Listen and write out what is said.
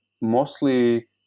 mostly